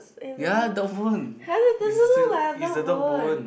ya dog bone it's the it's the dog bone